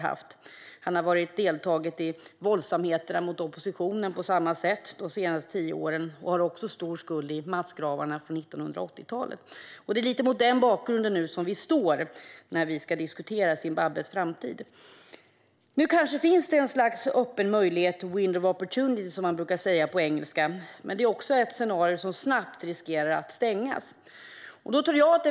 Han har deltagit i våldsamheterna mot oppositionen på samma sätt de senaste tio åren och har också stor skuld i massgravarna från 1980-talet. Det är mot den bakgrunden vi ska diskutera Zimbabwes framtid. Nu kanske det finns ett scenario, ett slags öppen möjlighet eller window of opportunity som man brukar säga på engelska, men det är också ett fönster som snabbt riskerar att stängas.